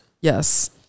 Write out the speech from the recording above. Yes